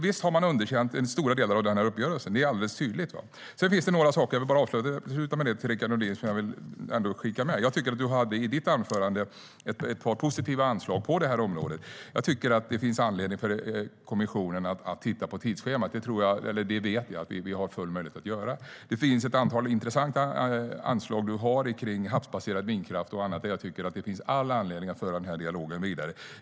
Visst har man underkänt stora delar av uppgörelsen - det är alldeles tydligt. Jag tycker att det finns anledning för kommissionen att titta på tidsschemat. Det vet jag att vi har full möjlighet att göra. Du har ett antal intressanta anslag kring havsbaserad vindkraft och annat, där jag tycker att det finns all anledning att föra dialogen vidare.